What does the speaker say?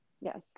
Yes